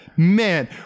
Man